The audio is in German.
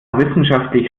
wissenschaftlich